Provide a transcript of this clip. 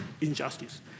injustice